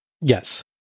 Yes